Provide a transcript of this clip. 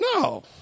No